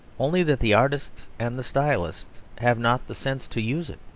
only that the artists and the stylists have not the sense to use it.